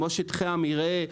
כמו שטחי המרעה,